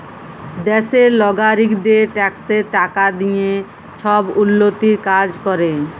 দ্যাশের লগারিকদের ট্যাক্সের টাকা দিঁয়ে ছব উল্ল্যতির কাজ ক্যরে